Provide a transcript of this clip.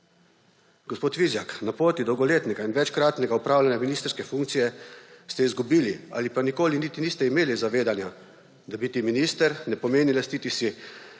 Gospod Vizjak, na poti dolgoletnega in večkratnega opravljanja ministrske funkcije ste izgubili ali pa nikoli niti niste imeli zavedanja, da biti minister ne pomeni lastiti si